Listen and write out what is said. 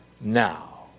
now